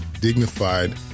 dignified